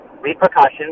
repercussions